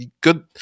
good